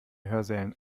hörsälen